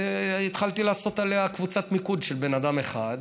התחלתי לעשות עליה קבוצת מיקוד של בן אדם אחד: